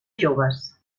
joves